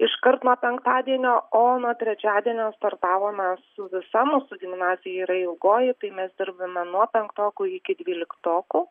iškart nuo penktadienio o nuo trečiadienio startavome su visa mūsų gimnazija ji yra ilgoji tai mes dirbame nuo penktokų iki dvyliktokų